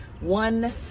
One